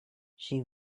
she